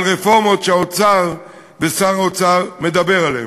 רפורמות שהאוצר ושר האוצר מדברים עליהן.